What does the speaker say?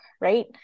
right